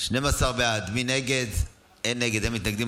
12 בעד, אין נגד, אין מתנגדים.